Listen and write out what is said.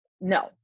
no